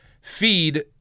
feed